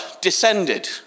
descended